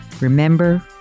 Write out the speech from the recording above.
Remember